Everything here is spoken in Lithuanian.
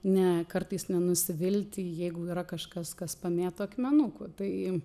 ne kartais nenusivilti jeigu yra kažkas kas pamėto akmenukų tai